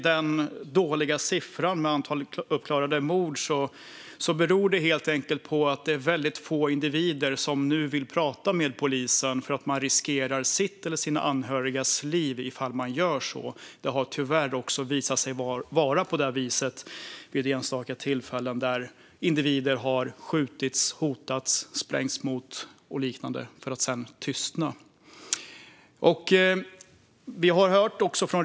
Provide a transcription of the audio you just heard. Den dåliga siffran för antalet uppklarade mord beror på att väldigt få individer vill prata med polisen eftersom de därigenom riskerar sitt eller sina anhörigas liv. Det har tyvärr också visat sig att en del personer har blivit skjutna, hotats eller utsatts för sprängdåd och därefter tystnat.